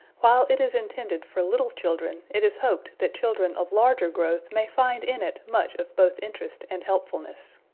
while it is intended for little children, it is hoped that children of larger growth may find in it much of both interest and helpfulness.